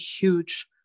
huge